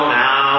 now